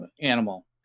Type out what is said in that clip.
animal